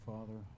Father